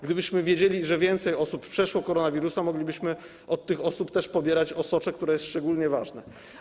Gdybyśmy wiedzieli, że więcej osób przeszło zakażenie koronawirusem, moglibyśmy od tych osób też pobierać osocze, które jest szczególnie ważne.